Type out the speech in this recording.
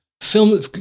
film